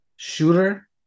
Shooter